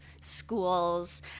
schools